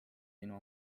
sinu